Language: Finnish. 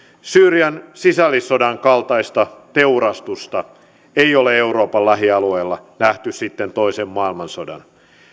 syyrian sisällissodan kaltaista teurastusta ei ole euroopan lähialueilla nähty sitten toisen maailmansodan